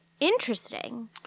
Interesting